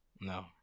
no